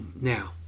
Now